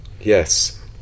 Yes